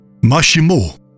Mashimo